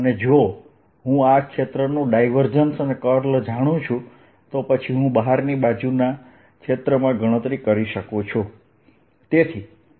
અને જો હું આ ક્ષેત્રનું ડાયવર્જન્સ અને કર્લ જાણું છું તો પછી હું બહારની આજુબાજુના ક્ષેત્રમાં ગણતરી કરી શકું છું